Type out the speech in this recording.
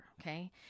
Okay